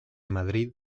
madrid